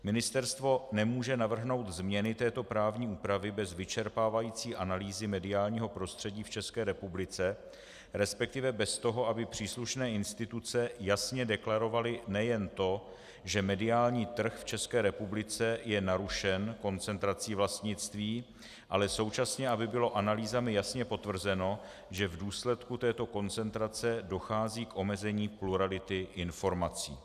Ministerstvo nemůže navrhnout změny této právní úpravy bez vyčerpávající analýzy mediálního prostředí v České republice, respektive bez toho, aby příslušné instituce jasně deklarovaly nejen to, že mediální trh v České republice je narušen koncentrací vlastnictví, ale současně aby bylo analýzami jasně potvrzeno, že v důsledku této koncentrace dochází k omezení plurality informací.